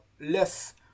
less